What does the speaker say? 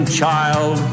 child